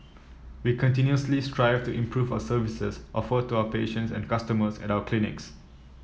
we continuously strive to improve our services offered to our patients and customers at our clinics